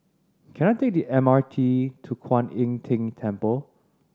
can I take the M R T to Kwan Im Tng Temple